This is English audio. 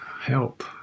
help